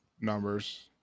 numbers